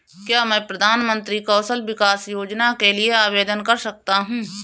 क्या मैं प्रधानमंत्री कौशल विकास योजना के लिए आवेदन कर सकता हूँ?